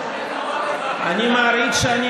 אני מעריך שאתה כבר יודע מה יהיו התוצאות,